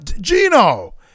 Gino